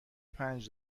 پنج